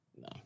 No